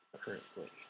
currently